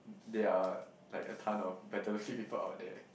there are like a ton of better looking people out there